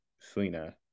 Selena